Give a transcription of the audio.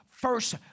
First